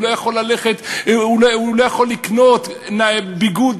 הוא לא יכול לקנות ביגוד,